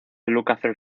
lukather